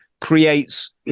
creates